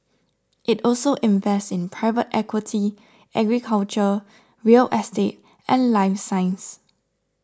it also invests in private equity agriculture real estate and life science